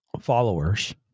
followers